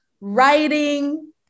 writing